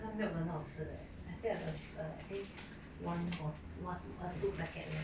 那个 milk 的很好吃的 I still have a a I think one or one two packet left